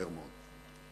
מהר מאוד.